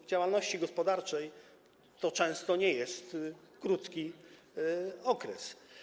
W działalności gospodarczej to często nie jest krótki okres.